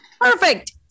Perfect